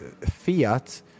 fiat